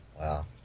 Wow